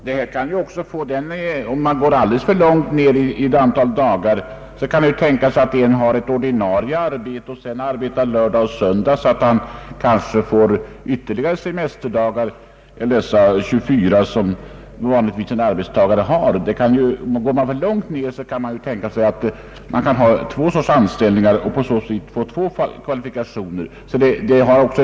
Herr talman! Om man går alltför långt ned i fråga om antalet dagar, så kan det tänkas att någon dels har ett ordinarie arbete, dels arbetar extra på lördagar och söndagar och på så sätt får ytterligare semesterdagar utöver de 24 som arbetstagare vanligtvis har. I ett sådant fall blir det alltså två anställningar som båda kvalificerar för semester.